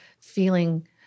feeling